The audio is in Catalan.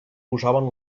posaven